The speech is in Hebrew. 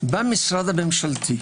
במשרד הממשלתי,